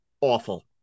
awful